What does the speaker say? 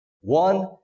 one